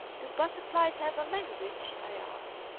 do butterflies have a language? i asked.